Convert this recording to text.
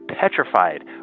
petrified